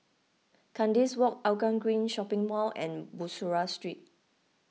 Kandis Walk Hougang Green Shopping Mall and Bussorah Street